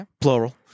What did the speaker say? plural